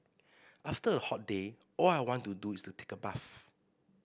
after a hot day all I want to do is take a bath